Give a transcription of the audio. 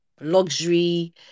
luxury